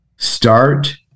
start